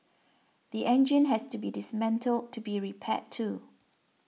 the engine has to be dismantled to be repaired too